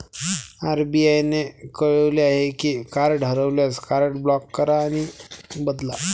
RBI ने कळवले आहे की कार्ड हरवल्यास, कार्ड ब्लॉक करा आणि बदला